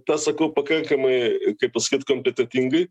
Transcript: tą sakau pakankamai kaip pasakyt kompetentingai